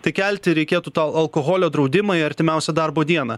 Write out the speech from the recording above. tai kelti reikėtų alkoholio draudimą į artimiausią darbo dieną